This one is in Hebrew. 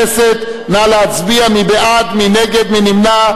אני מאוד מקווה שאנחנו נדחה את ההוראה הזאת,